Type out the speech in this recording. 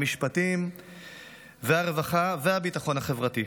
המשפטים והרווחה והביטחון החברתי.